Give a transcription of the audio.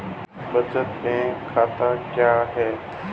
बचत बैंक खाता क्या है?